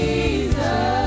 Jesus